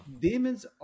demons